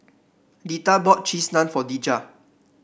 Deetta bought Cheese Naan for Dejah